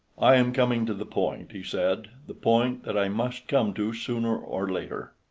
i am coming to the point, he said the point that i must come to sooner or later.